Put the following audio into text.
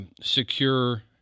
secure